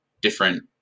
different